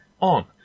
on